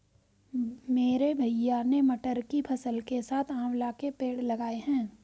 मेरे भैया ने मटर की फसल के साथ आंवला के पेड़ लगाए हैं